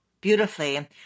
beautifully